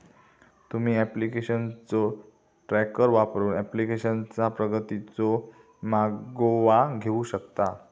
तुम्ही ऍप्लिकेशनचो ट्रॅकर वापरून ऍप्लिकेशनचा प्रगतीचो मागोवा घेऊ शकता